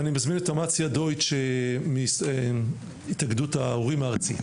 אני מזמין את אמציה דויטש מהנהגת ההורים הארצית.